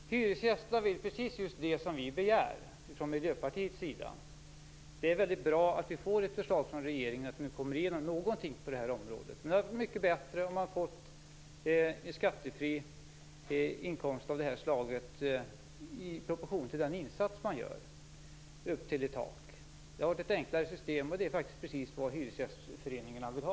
Fru talman! Hyresgästerna vill precis det som vi i Miljöpartiet begär. Det är bra att regeringen nu kommer med ett förslag så att det händer någonting på det här området. Men det hade varit mycket bättre om man hade fått en skattefri inkomst av det här slaget i proportion till den insats man gör, upp till ett tak. Det hade varit ett enklare system, och det är faktiskt precis vad hyresgästföreningarna vill ha.